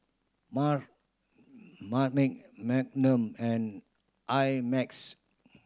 Marmite Magnum and I Max